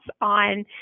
on